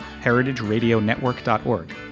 heritageradionetwork.org